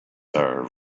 are